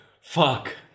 Fuck